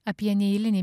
apie neeilinį